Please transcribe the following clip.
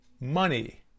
money